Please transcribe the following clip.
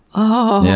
oh,